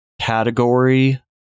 category